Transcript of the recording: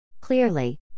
Clearly